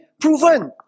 proven